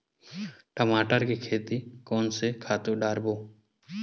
टमाटर के खेती कोन से खातु डारबो?